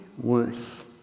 worse